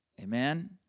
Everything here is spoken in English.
Amen